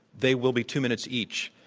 they will be two minutes each.